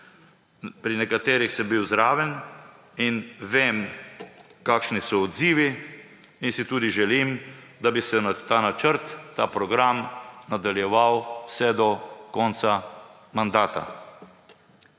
Pri nekaterih sem bil zraven in vem, kakšni so odzivi, in si tudi želim, da bi se ta načrt, ta program nadaljeval vse do konca mandata.